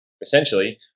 Essentially